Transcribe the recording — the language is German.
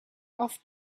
auf